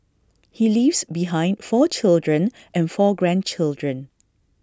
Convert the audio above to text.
he leaves behind four children and four grandchildren